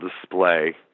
display